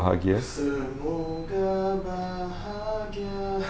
semoga bahagia